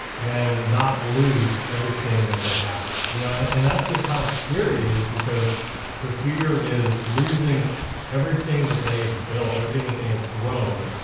and not lose everything that they have. you know and that's just how scary it is because the fear is losing everything that they have built, everything that they have grown,